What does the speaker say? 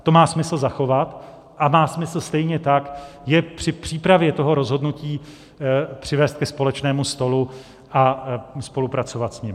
To má smysl zachovat a má smysl stejně tak je při přípravě toho rozhodnutí přivést ke společnému stolu a spolupracovat s nimi.